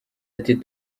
ati